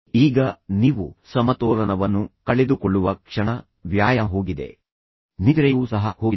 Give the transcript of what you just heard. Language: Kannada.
ಈಗ ನೀವು ಸಮತೋಲನವನ್ನು ಕಳೆದುಕೊಳ್ಳುವ ಕ್ಷಣ ವ್ಯಾಯಾಮ ಹೋಗಿದೆ ನಿದ್ರೆ ನಿದ್ರೆಯು ಸಹ ಹೋಗಿದೆ